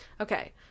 Okay